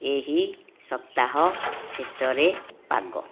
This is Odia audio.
ଏହି ସପ୍ତାହ ଶେଷରେ ପାଗ